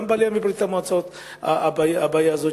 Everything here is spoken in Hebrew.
גם בעלייה מברית-המועצות קיימת הבעיה הזאת